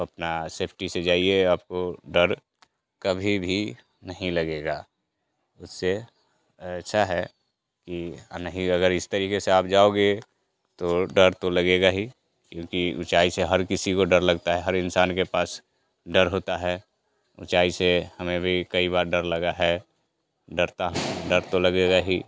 अपना सेफ़्टी से जाइए आपको डर कभी भी नहीं लगेगा उससे अच्छा है कि नहीं अगर इस तरीके से आप जाओगे तो डर तो लगेगा ही क्योंकि ऊँचाई से हर किसी को डर लगता है हर इंसान के पास डर होता है ऊँचाई से हमें भी कई बार डर लगा है डरता डर तो लगेगा ही